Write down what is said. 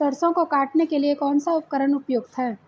सरसों को काटने के लिये कौन सा उपकरण उपयुक्त है?